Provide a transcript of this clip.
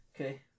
Okay